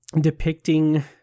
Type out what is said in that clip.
depicting